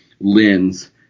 lens